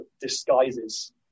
disguises